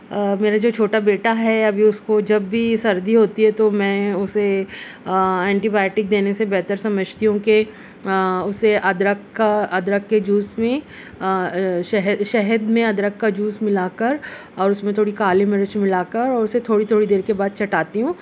میرا جو چھوٹا بیٹا ہے ابھی اس کو جب بھی سردی ہوتی ہے تو میں اسے اینٹی بائیٹک دینے سے بہتر سمجھتی ہوں کہ اسے ادرک کا ادرک کے جوس میں شہد میں ادرک کا جوس ملا کر اور اس میں تھوڑی کالی مرچ ملا کر اور اسے تھوڑی تھوڑی دیر کے بعد چٹاتی ہوں